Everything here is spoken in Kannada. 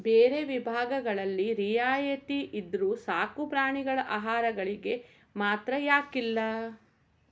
ಬೇರೆ ವಿಭಾಗಗಳಲ್ಲಿ ರಿಯಾಯಿತಿ ಇದ್ದರೂ ಸಾಕುಪ್ರಾಣಿಗಳ ಆಹಾರಗಳಿಗೆ ಮಾತ್ರ ಯಾಕಿಲ್ಲ